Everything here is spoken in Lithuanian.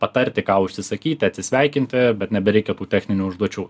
patarti ką užsisakyti atsisveikinti bet nebereikia tų techninių užduočių